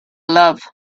love